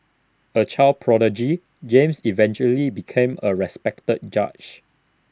A child prodigy James eventually became A respected judge